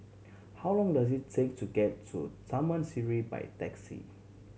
how long does it take to get to Taman Sireh by taxi